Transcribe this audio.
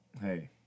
hey